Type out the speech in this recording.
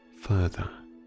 further